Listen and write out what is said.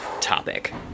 topic